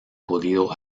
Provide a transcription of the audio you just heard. podido